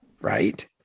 right